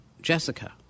Jessica